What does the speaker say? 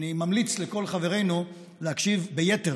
אני ממליץ לכל חברינו להקשיב ביתר